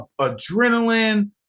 adrenaline